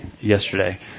yesterday